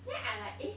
then I like eh